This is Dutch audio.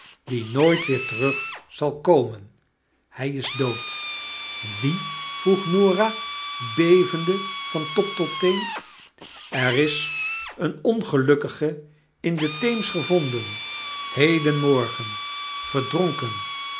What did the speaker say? die nooit weer terug zal komen hij is dood wie vroeg norah bevende van top tot teen er is een ongelukkige in den theems gevonden hedenmorgen verdronken